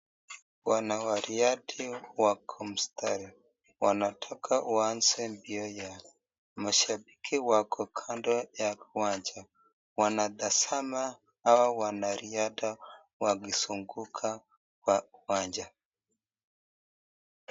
Wanarihadha wako mstari wanataka waanze mpira mashabiki wako kando ya kiwanja wanatasama hawa wanarihadha wakisunguka Kwa kiwanja.